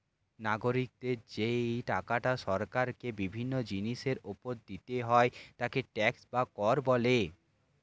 নাগরিকদের যেই টাকাটা সরকারকে বিভিন্ন জিনিসের উপর দিতে হয় তাকে ট্যাক্স বা কর বলে